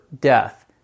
death